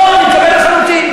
לא, אני מקבל לחלוטין.